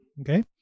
Okay